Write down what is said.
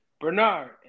Bernard